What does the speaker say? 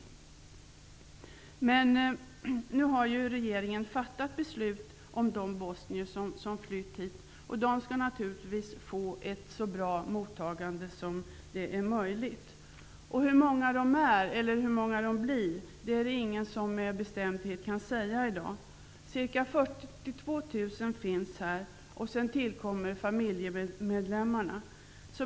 Regeringen har nu fattat beslut om de bosnier som har flytt hit. De skall naturligtvis få ett så bra mottagande som möjligt. Hur många de är, eller hur många de blir, finns det inte någon som med bestämdhet kan säga i dag. Ca 42 000 finns här, sedan tillkommer familjemedlemmarna.